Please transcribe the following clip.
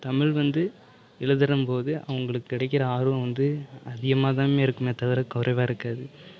தமிழ் வந்து எழுதும்போது அவுங்களுக்கு கிடைக்கிற ஆர்வம் வந்து அதிகமாதான் இருக்குமே தவிர குறைவா இருக்காது